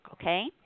okay